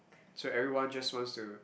so everyone just wants to